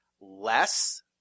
less